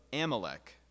Amalek